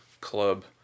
club